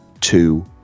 two